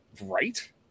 Right